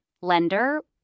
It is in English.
lender